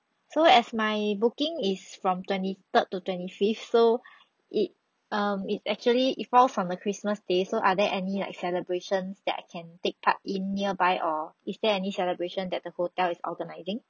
so as my booking is from twenty third to twenty fifth so it um it's actually it falls on a christmas day so are there any like celebrations that I can take part in nearby or is there any celebration that the hotel is organizing